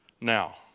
Now